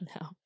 No